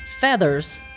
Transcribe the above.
feathers